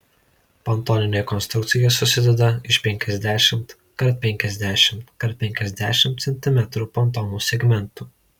pontoninė konstrukcija susideda iš penkiasdešimt kart penkiasdešimt kart penkiasdešimt centimetrų pontonų segmentų